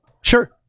Sure